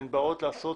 הן באות לעשות